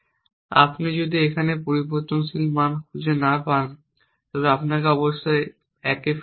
আপনি যদি এখানে একটি পরিবর্তনশীল মান খুঁজে না পান তবে আপনাকে অবশ্যই এই 1 এ ফিরে যেতে হবে